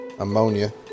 Ammonia